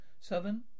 seven